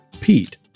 Pete